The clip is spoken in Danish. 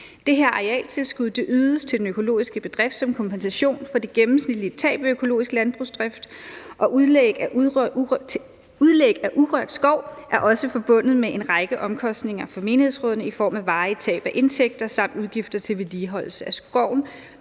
Det her arealtilskud ydes til den økologiske bedrift som kompensation for det gennemsnitlige tab ved økologisk landbrugsdrift, og udlægning af urørt skov er også forbundet med en række omkostninger for menighedsrådene i form af varige tab af indtægter samt udgifter til vedligeholdelse af skoven,